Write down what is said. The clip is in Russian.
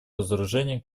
разоружению